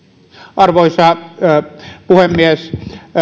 arvoisa puhemies